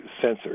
censored